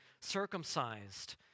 circumcised